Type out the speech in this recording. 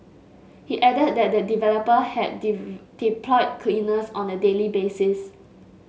he added that the developer had deep deployed cleaners on a daily basis